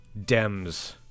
Dems